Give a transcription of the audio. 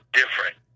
different